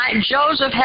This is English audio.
Joseph